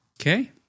Okay